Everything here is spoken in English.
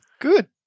good